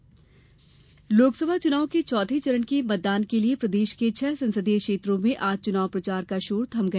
चुनाव प्रचार लोकसभा चुनाव के चौथे चरण के मतदान के लिए प्रदेश के छह संसदीय क्षेत्रों में आज चुनाव प्रचार का शोर थम गया